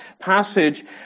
passage